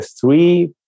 three